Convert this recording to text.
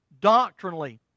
Doctrinally